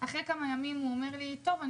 כעבור כמה ימים הוא אמר: טוב,